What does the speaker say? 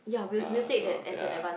cars so ya